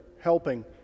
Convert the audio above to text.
helping